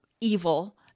evil